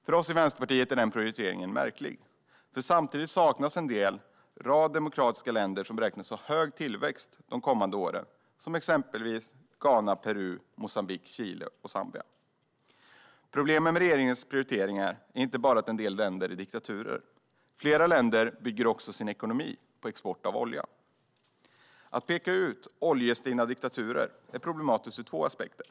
För oss i Vänsterpartiet är denna prioritering märklig, för samtidigt saknas en rad demokratiska länder som beräknas ha hög tillväxt de kommande åren, till exempel Ghana, Peru, Moçambique, Chile och Zambia. Problemet med regeringens prioriteringar är inte bara att en del länder är diktaturer. Flera av länderna bygger också sin ekonomi på oljeexport. Att peka ut oljestinna diktaturer är problematiskt ur två aspekter.